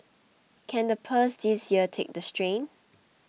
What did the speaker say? can the purse this year take the strain